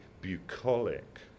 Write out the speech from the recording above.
bucolic